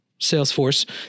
Salesforce